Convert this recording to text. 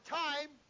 time